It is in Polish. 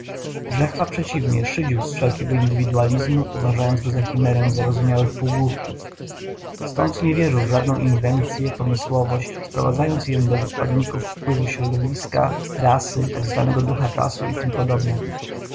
brzechwa przeciwnie szydził z wszelkiego indywidualizmu uważając go za chimerę zarozumiałych półgłówków stąd nie wierzył w żadną inwencyę pomysłowość sprowadzając je do wykładników wpływów środowiska rasy t zw ducha czasu i t p